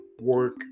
work